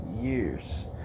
years